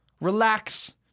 Relax